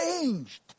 changed